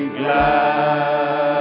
glad